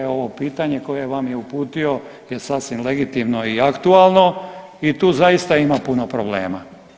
Ovo pitanje koje vam je uputio je sasvim legitimno i aktualno i tu zaista ima puno problema.